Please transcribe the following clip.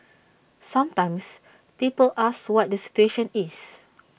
sometimes people ask what the situation is